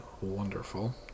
wonderful